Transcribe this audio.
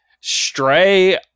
Stray